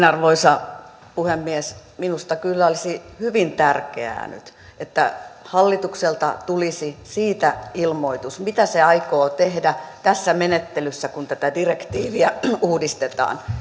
arvoisa puhemies minusta kyllä olisi hyvin tärkeää nyt että hallitukselta tulisi ilmoitus siitä mitä se aikoo tehdä tässä menettelyssä kun tätä direktiiviä uudistetaan